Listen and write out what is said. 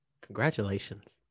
congratulations